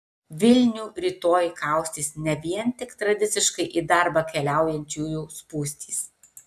vilnių rytoj kaustys ne vien tik tradiciškai į darbą keliaujančiųjų spūstys